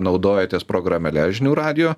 naudojatės programėle žinių radijo